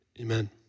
Amen